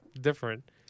different